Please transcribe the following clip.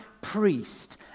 priest